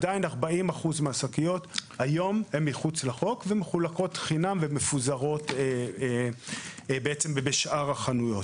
עדיין 40% מהשקיות הן מחוץ לחוק ומחולקות חינם ומפוזרות בשאר החנויות.